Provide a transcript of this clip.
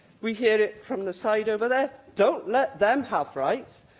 we hear it from the side over there, don't let them have rights,